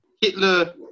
Hitler